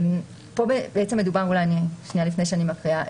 פה בעצם מדובר, אולי שנייה לפני שמקריאה.